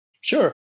Sure